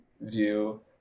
view